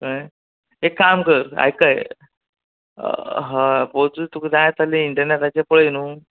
कळ्ळें एक काम कर आयकय हय पोझीस तुका जाय तसले इंटर्नेटाचेर पळय न्हू